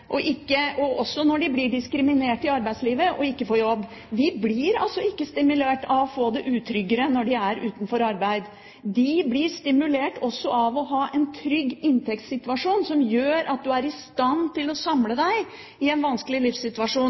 og ikke får jobb. De blir ikke stimulert av å få det mer utrygt når de er utenfor arbeid. De blir stimulert av å ha en trygg inntektssituasjon som gjør at de er i stand til å samle seg i en vanskelig livssituasjon